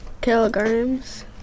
kilograms